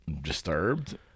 disturbed